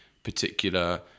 Particular